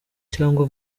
cyangwa